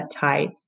tight